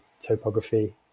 topography